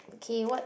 K what